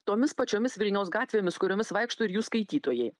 tomis pačiomis vilniaus gatvėmis kuriomis vaikšto ir jų skaitytojai